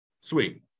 Sweet